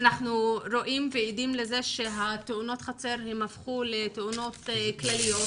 אנחנו עדים לזה שתאונות חצר הפכו לתאונות כלליות,